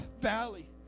valley